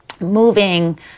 moving